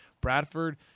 Bradford